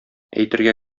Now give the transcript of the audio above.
әйтергә